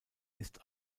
ist